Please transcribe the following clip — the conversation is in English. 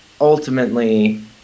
ultimately